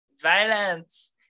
violence